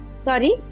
Sorry